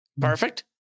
Perfect